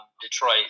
Detroit –